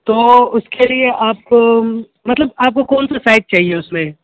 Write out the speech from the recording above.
تو اس کے لیے آپ کو مطلب آپ کو کون سا سائز چاہیے اس میں